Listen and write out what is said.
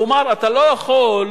כלומר, אתה לא יכול,